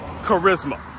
Charisma